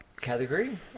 category